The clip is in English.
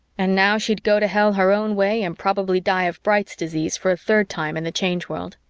and now she'd go to hell her own way and probably die of bright's disease for a third time in the change world.